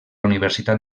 universitat